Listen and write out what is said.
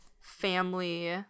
family